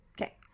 Okay